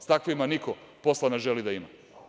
Sa takvima niko posla ne želi da ima.